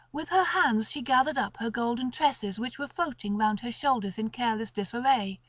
with her hands she gathered up her golden tresses which were floating round her shoulders in careless disarray,